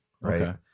right